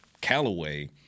Callaway